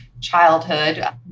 childhood